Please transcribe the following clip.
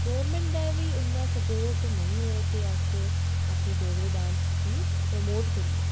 government दा बी इन्ना सपोर्ट निं ऐ कि अस डोगरी डांस गी प्रमोट करचै